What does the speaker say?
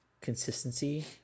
consistency